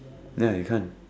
ya you can't